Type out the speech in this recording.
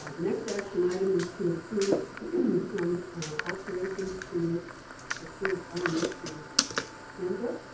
next action item is to approve and some alterations to the current elementary handbook,